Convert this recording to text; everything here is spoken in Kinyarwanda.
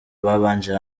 babanje